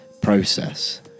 process